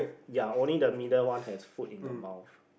ya only the middle one has food in the mouth